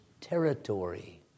territory